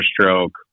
stroke